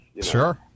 Sure